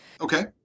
Okay